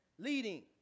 Leading